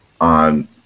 on